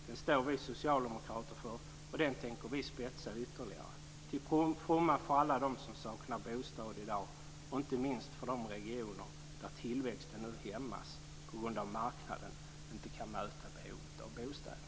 Den står vi socialdemokrater för, och den tänker vi spetsa ytterligare till fromma för alla dem som saknar bostad i dag och inte minst för de regioner där tillväxten hämmas på grund av att marknaden inte kan möta behovet av bostäder.